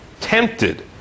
tempted